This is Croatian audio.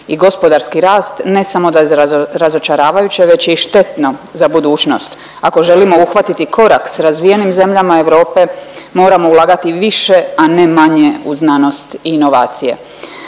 i gospodarski rast ne samo da je razočaravajuća već je i štetna za budućnost. Ako želimo uhvatiti korak s razvijenim zemljama Europe moramo ulagati više, a ne manje u znanost i inovacije.